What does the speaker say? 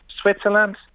Switzerland